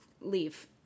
leave